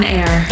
Air